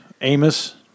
Amos